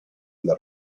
dla